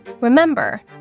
remember